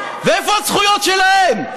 איפה הזכויות שלהם?